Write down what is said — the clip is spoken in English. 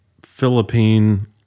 Philippine